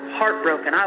heartbroken